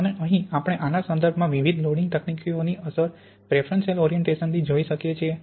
અને અહીં આપણે આના સંદર્ભમાં વિવિધ લોડિંગ તકનીકોની અસર પ્રેફરન્શિયલ ઓરિએન્ટેશનથી જોઈ શકીએ છીએ